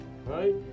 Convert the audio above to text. Right